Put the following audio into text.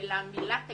אלא כמילת הגנאי,